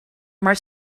maar